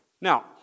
Now